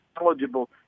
eligible